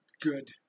good